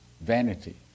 vanity